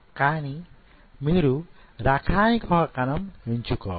కానీ మీరు రకానికి ఒక కణం ఎంచుకోవాలి